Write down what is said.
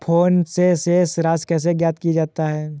Phone से शेष राशि कैसे ज्ञात किया जाता है?